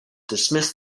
dismissed